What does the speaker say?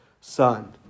son